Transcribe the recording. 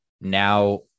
now